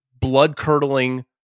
Blood-curdling